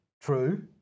true